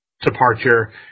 departure